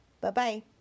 Bye-bye